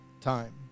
time